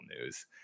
news